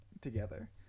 together